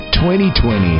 2020